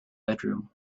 bedroom